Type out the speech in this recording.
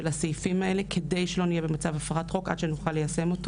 הסעיפים האלה כדי שלא נהיה במצב הפרת חוק עד שנוכל ליישמו.